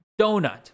donut